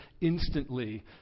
instantly